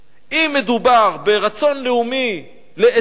אם מדובר ברצון לאומי להטיב